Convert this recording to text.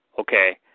Okay